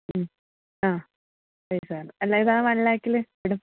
ആ പൈസ വേണം അല്ല ഇത് ആ വൺ ലാഖിൽപ്പെടും